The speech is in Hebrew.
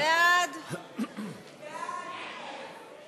ההסתייגות של קבוצת סיעת יש עתיד,